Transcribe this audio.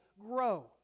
grow